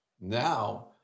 now